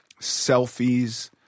selfies